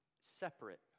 separate